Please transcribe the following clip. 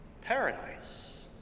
paradise